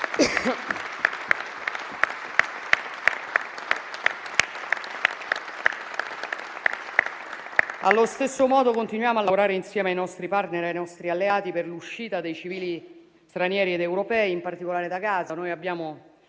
Allo stesso modo continuiamo a lavorare insieme ai nostri *partner* e ai nostri alleati per l'uscita dei civili stranieri ed europei, in particolare da Gaza.